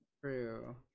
True